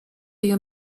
you